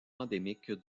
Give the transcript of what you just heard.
endémique